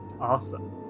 Awesome